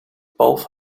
both